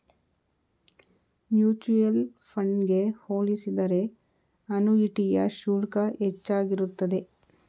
mutual fund ಗೆ ಹೋಲಿಸಿದರೆ ಅನುಯಿಟಿಯ ಶುಲ್ಕ ಹೆಚ್ಚಾಗಿರುತ್ತದೆ